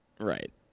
Right